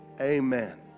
Amen